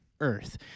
Earth